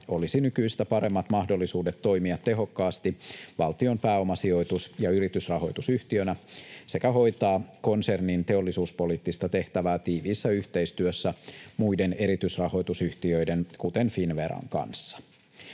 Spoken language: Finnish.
olisi nykyistä paremmat mahdollisuudet toimia tehokkaasti valtion pääomasijoitus- ja yritysrahoitusyhtiönä sekä hoitaa konsernin teollisuuspoliittista tehtävää tiiviissä yhteistyössä muiden erityisrahoitusyhtiöiden kuten Finnveran kanssa.